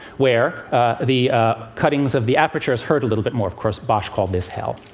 where the cuttings of the apertures hurt a little bit more. of course, bosch called this hell.